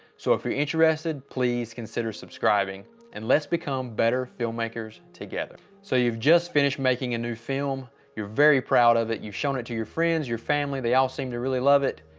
so if you're interested, please consider subscribing and let's become better filmmakers together so you've just finished making a new film you're very proud of it. you've shown it to your friends your family they all seem to really love it,